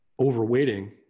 overweighting